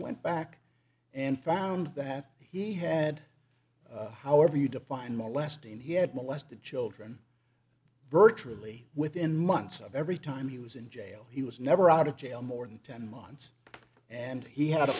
went back and found that he had however you define molesting he had molested children virtually within months of every time he was in jail he was never out of jail more than ten months and he had a